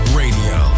radio